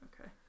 Okay